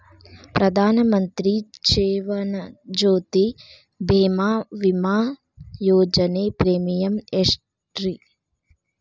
ಪ್ರಧಾನ ಮಂತ್ರಿ ಜೇವನ ಜ್ಯೋತಿ ಭೇಮಾ, ವಿಮಾ ಯೋಜನೆ ಪ್ರೇಮಿಯಂ ಎಷ್ಟ್ರಿ?